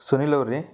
ಸುನೀಲ್ ಅವ್ರಾ ರೀ